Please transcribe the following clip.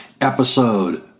episode